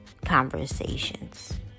conversations